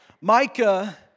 Micah